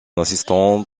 assistante